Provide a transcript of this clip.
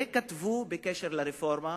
הרבה כתבו בקשר לרפורמה.